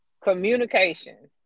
communication